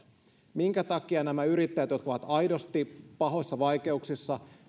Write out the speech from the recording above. minkä takia näille yrittäjille jotka ovat aidosti pahoissa vaikeuksissa